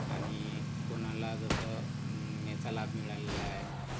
आणि कोणाला जसं याचा लाभ मिळालेला आहे